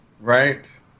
Right